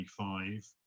25